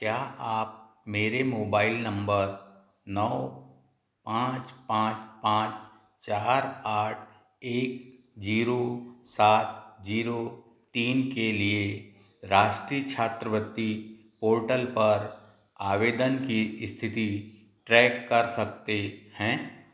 क्या आप मेरे मोबाइल नंबर नौ पांच पांच पांच चार आठ एक जीरो सात जीरो तीन के लिए राष्ट्रीय छात्रवृत्ति पोर्टल पर आवेदन की स्थिति ट्रैक कर सकते हैं